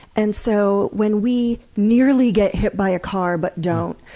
and so when we nearly get hit by a car but don't,